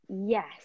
yes